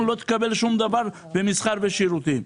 לא תקבל שום דבר במסחר ובשירותים.